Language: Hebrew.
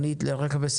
(ד)אירע אירוע בטיחותי חמור,